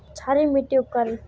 क्षारी मिट्टी उपकारी?